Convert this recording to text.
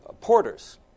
porters